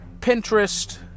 Pinterest